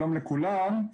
שלום לכולם.